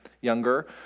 younger